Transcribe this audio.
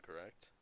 correct